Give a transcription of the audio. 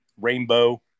rainbow